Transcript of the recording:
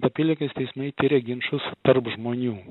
apylinkės teismai tiria ginčus tarp žmonių